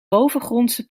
bovengrondse